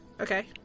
Okay